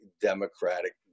Democratic